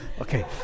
Okay